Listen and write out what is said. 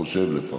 חושב לפחות.